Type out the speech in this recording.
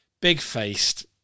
big-faced